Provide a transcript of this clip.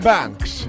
Banks